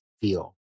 feel